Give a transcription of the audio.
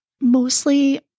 Mostly